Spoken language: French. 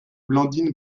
blandine